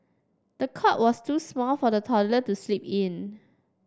the cot was too small for the toddler to sleep in